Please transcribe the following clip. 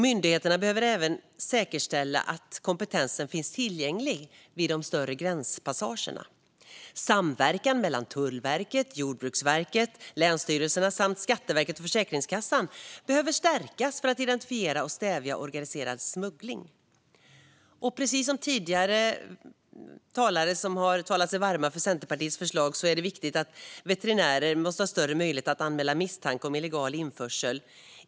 Myndigheterna behöver även säkerställa att kompetensen finns tillgänglig vid de större gränspassagerna. Samverkan mellan Tullverket, Jordbruksverket, länsstyrelserna samt Skatteverket och Försäkringskassan behöver stärkas för att identifiera och stävja organiserad smuggling. Precis som tidigare talare som har talat sig varma för Centerpartiets förslag vill jag säga att det är viktigt att veterinärer måste ha större möjligheter att anmäla misstankar om illegal införsel.